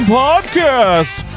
podcast